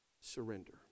surrender